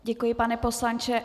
Děkuji, pane poslanče.